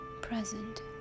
present